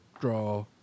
draw